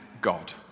God